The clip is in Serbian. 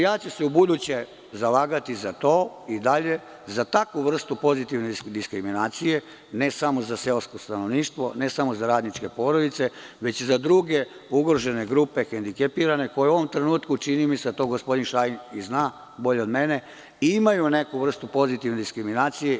Ja ću se ubuduće zalagati za to i dalje, za takvu vrstu pozitivne diskriminacije, ne samo za seosko stanovništvo, ne samo za radničke porodice, već i za druge ugrožene grupe, hendikepirane, koje u ovom trenutku, čini mi se, a to gospodin Šajn zna bolje od mene, imaju neku vrstu pozitivne diskriminacije.